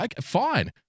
Fine